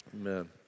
Amen